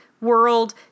world